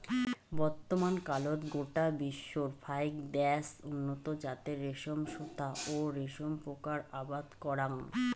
বর্তমানকালত গোটা বিশ্বর ফাইক দ্যাশ উন্নত জাতের রেশম সুতা ও রেশম পোকার আবাদ করাং